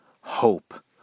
hope